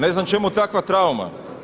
Ne znam čemu takva trauma.